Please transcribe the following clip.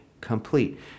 complete